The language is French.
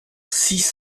six